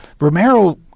Romero